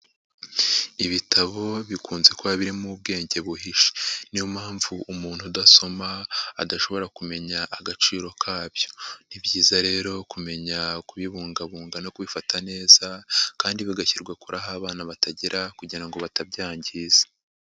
ibitabo bikunze kuba birimo ubwenge buhishe, niyo mpamvu umuntu udasoma adashobora kumenya agaciro kabyo, ni byiza rero kumenya kubibungabunga no kubifata neza kandi bigashyirwa kure aho abana batagera kugira ngo batabyangiza.